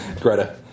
Greta